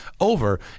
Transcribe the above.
over